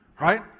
right